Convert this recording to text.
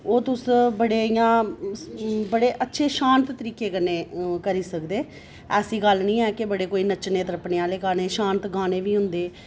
ओह् तुस बड़े इ'यां अच्छे शांत तरीके कन्नै करी सकदे ऐसी गल्ल नीं एह् केह् बड़े कोई नच्चने त्रप्पने आह्ले गाने शांत गाने बी होंदे